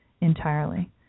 entirely